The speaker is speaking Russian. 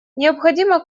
необходимо